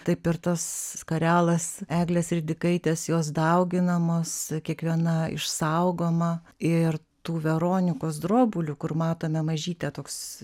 taip ir tas skarelas eglės ridikaitės jos dauginamos kiekviena išsaugoma ir tų veronikos drobulių kur matome mažytę toks